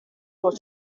for